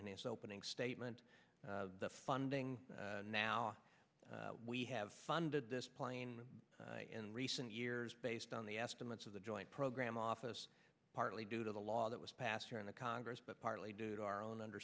its opening statement the funding now we have funded this plane in recent years based on the estimates of the joint program office partly due to the law that was passed here in the congress but partly due to our own under